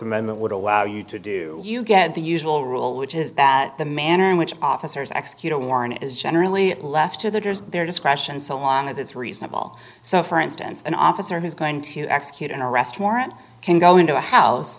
amendment would allow you to do you get the usual rule which is that the manner in which officers execute a warrant is generally left to the their discretion so long as it's reasonable so for instance an officer who's going to execute an arrest warrant can go into a house